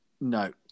No